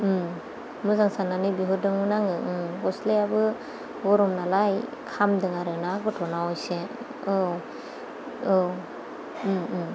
मोजां साननानै बिहरदोंमोन आङो गस्लायाबो गरम नालाय खामदों आरोना गथ'नाव एसे औ औ